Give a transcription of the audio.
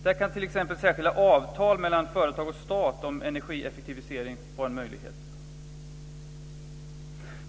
Där kan t.ex. särskilda avtal mellan företag och stat om energieffektivisering vara en möjlighet.